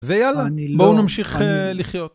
ויאללה, בואו נמשיך לחיות.